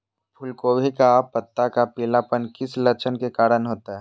फूलगोभी का पत्ता का पीलापन किस लक्षण के कारण होता है?